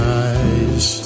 eyes